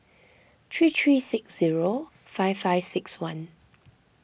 three three six zero five five six one